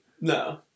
No